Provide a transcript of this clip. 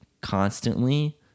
constantly